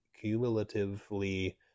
cumulatively